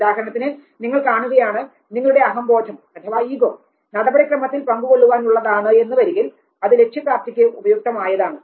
ഉദാഹരണത്തിന് നിങ്ങൾ കാണുകയാണ് നിങ്ങളുടെ അഹംബോധം നടപടിക്രമത്തിൽ പങ്കുകൊള്ളാൻ ഉള്ളതാണ് എന്ന് വരികിൽ അത് ലക്ഷ്യപ്രാപ്തിക്ക് ഉപയുക്തമായതാണ്